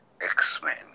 X-Men